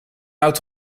out